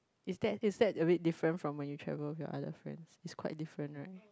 is that is that a bit different from when you travel with your other friends it's quite different right